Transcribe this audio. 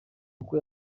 uko